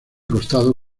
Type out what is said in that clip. costado